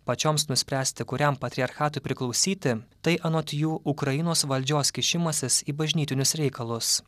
pačioms nuspręsti kuriam patriarchatui priklausyti tai anot jų ukrainos valdžios kišimasis į bažnytinius reikalus